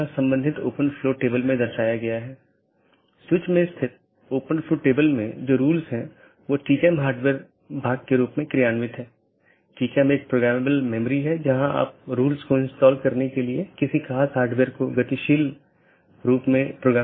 क्योंकि पूर्ण मेश की आवश्यकता अब उस विशेष AS के भीतर सीमित हो जाती है जहाँ AS प्रकार की चीज़ों या कॉन्फ़िगरेशन को बनाए रखा जाता है